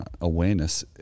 awareness